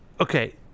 Okay